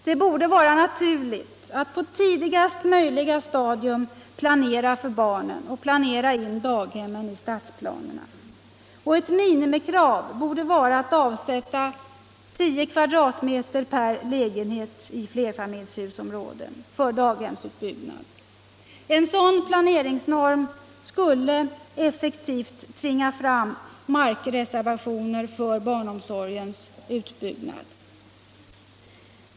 Det borde vara naturligt att på tidigast möjliga stadium planera för barnen och planera in daghemmen i stadsplanerna. Ett minimikrav borde vara att avsätta 10 m? i flerfamiljshusområden för daghemsutbyggnad. En sådan planeringsnorm skulle effektivt tvinga fram markreservationer för barnomsorgens utbyggnad.